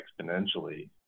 exponentially